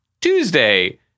Tuesday